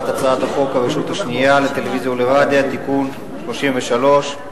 הצעת חוק הרשות השנייה לטלוויזיה ורדיו (תיקון מס' 33)